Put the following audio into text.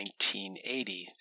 1980